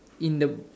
in the